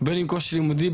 בין אם קושי לימודי,